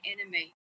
enemy